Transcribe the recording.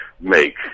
make